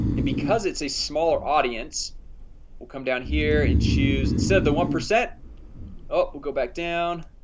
and because it's a smaller audience will come down here and choose instead of the one percent oh we'll go back down